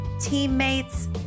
teammates